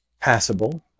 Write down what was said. passable